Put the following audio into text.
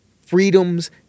freedoms